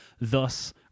thus